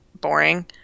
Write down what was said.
boring